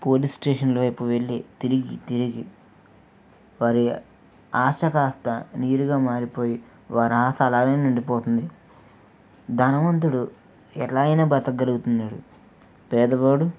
police స్టేషన్ల వైపు వెళ్ళి తిరిగి తిరిగి వారి ఆశ కాస్త నీరుగా మారిపోయి వారి ఆశ అలాగే ఉండిపోతుంది ధనవంతుడు ఎట్లాగైనా బ్రతకగలుగుతున్నాడు పేదవాడు